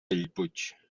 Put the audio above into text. bellpuig